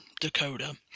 Dakota